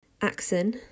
Axon